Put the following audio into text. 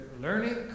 learning